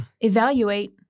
evaluate